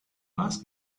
ask